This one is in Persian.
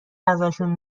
ازشون